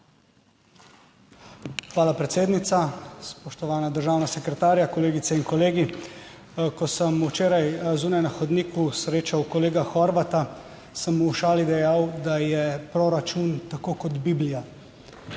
Hvala predsednica. Spoštovana državna sekretarja, kolegice in kolegi! Ko sem včeraj zunaj na hodniku srečal kolega Horvata, sem v šali dejal, da je proračun tako kot Biblija;